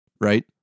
right